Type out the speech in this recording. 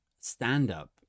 stand-up